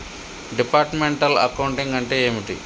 Departmental accounting అంటే ఏమిటి?